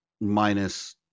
minus